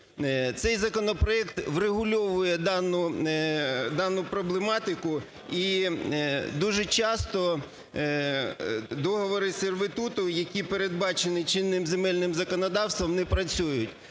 Цей законопроект врегульовує дану проблематику. І дуже часто договори з сервітуту, які передбачені чинним земельним законодавством, не працюють.